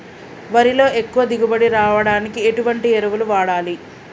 వరిలో ఎక్కువ దిగుబడి రావడానికి ఎటువంటి ఎరువులు వాడాలి?